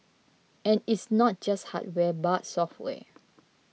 and it's not just hardware but software